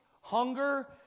hunger